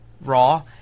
Raw